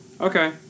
Okay